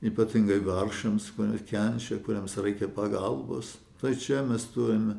ypatingai vargšams kurie kenčia kuriems reikia pagalbos tai čia mes turime